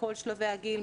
מכל שלבי הגיל,